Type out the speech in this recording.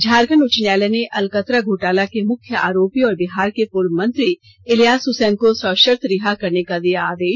झारखंड उच्च न्यायालय ने अलकतरा घोटाला के मुख्य आरोपी और बिहार के पूर्व मंत्री इलियास इसैन को सशर्त रिहा करने का दिया आदेश